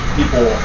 people